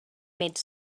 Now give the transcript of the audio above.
made